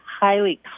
highly